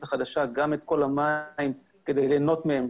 החדשה גם את כל המים כדי ליהנות מהם,